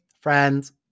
friends